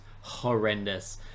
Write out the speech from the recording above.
horrendous